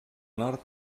nord